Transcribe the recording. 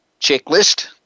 checklist